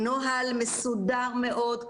נוהל מסודר מאוד,